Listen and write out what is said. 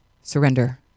surrender